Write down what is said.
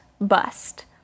bust